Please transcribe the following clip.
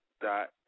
dot